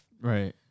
Right